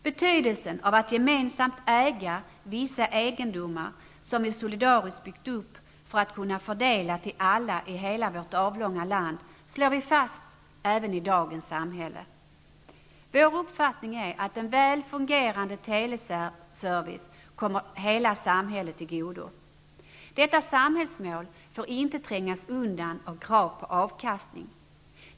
Betydelsen av att även i dagens samhälle gemensamt äga vissa egendomar som vi solidariskt byggt upp för att kunna fördela till alla i hela vårt avlånga land slår vi fast. Vår uppfattning är att en väl fungerande teleservice kommer hela samhället till godo. Detta samhällsmål får inte trängas undan av krav på avkastning.